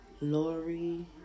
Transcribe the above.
Lori